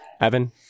Evan